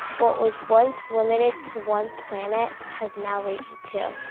what was once limited to one planet, has now reached two.